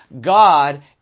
God